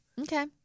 Okay